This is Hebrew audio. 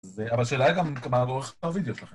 והשאלה היא גם כמה אורך הוידאו שלכם.